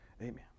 Amen